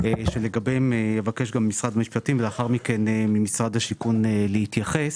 ולגביהן אני אבקש ממשרד המשפטים וממשרד השיכון להתייחס.